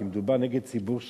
כי מדובר נגד ציבור שלם,